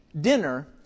dinner